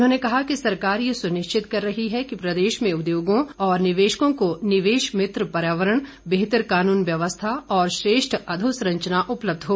उन्होंने कहा कि सरकार ये सुनिश्चित कर रही है कि प्रदेश में उद्योगों और निवेशकों को निवेश मित्र पर्यावरण बेहतर कानून व्यवस्था और श्रेष्ठ अघोसंरचना उपलब्ध हो